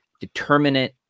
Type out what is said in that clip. determinate